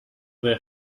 their